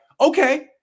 Okay